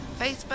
Facebook